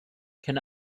can